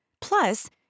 plus